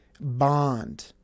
bond